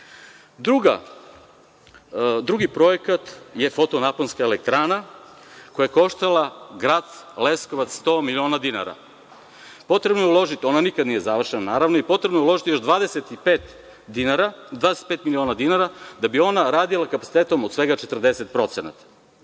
projekat je fotonaponska elektrana koja je koštala grad Leskovac 100 miliona dinara. Potrebno je uložiti, ona nikada nije završena, naravno, i potrebno je uložiti još 25 miliona dinara da bi ona radila kapacitetom od svega 40%.